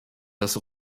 dass